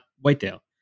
Whitetail